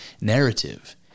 narrative